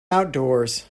outdoors